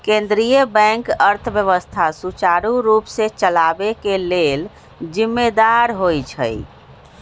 केंद्रीय बैंक अर्थव्यवस्था सुचारू रूप से चलाबे के लेल जिम्मेदार होइ छइ